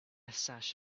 sash